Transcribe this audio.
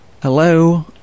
Hello